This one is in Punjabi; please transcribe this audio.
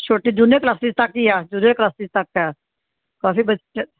ਛੋਟੇ ਜੂਨੀਅਰ ਕਲਾਸਿਸ ਤੱਕ ਹੀ ਆ ਜੂਨੀਅਰ ਕਲਾਸਿਸ ਤੱਕ ਹੈ ਕਾਫੀ ਬੱਚੇ